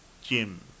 Jim